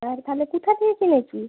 আর তাহলে কোথা দিয়ে কিনেছিস